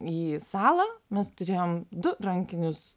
į salą mes turėjom du rankinius